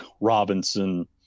Robinson